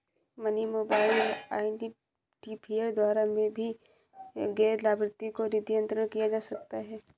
money mobile identifier द्वारा भी गैर लाभार्थी को निधि अंतरण किया जा सकता है